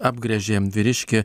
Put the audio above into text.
apgręžė vyriškį